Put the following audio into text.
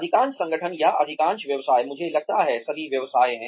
अधिकांश संगठन या अधिकांश व्यवसाय मुझे लगता है सभी व्यवसाय हैं